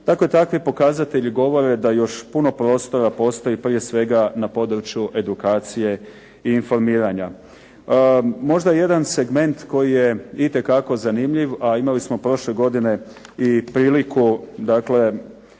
Dakle, takvi pokazatelji govore da još puno prostora postoji prije svega na području edukacije i informiranja. Možda jedan segment koji je itekako zanimljiv, a imali smo prošle godine i priliku dakle,